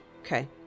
Okay